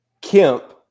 kemp